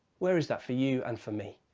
where is that for you and for me?